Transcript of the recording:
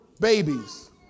Babies